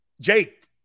Jake